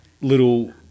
little